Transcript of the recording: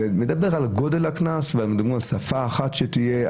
מדבר על גודל הקנס ומדברים על שפה אחת שתהיה,